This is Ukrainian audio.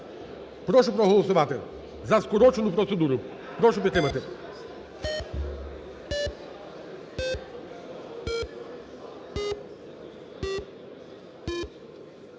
Прошу проголосувати за скорочену процедуру. Прошу підтримати